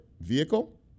vehicle